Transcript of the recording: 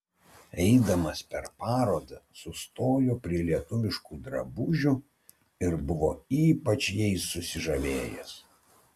eidamas per parodą sustojo prie lietuviškų drabužių ir buvo ypač jais susižavėjęs